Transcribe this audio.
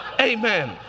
amen